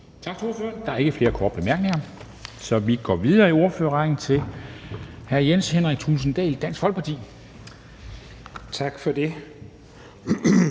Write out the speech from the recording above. Tak for det.